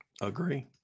Agree